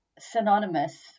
synonymous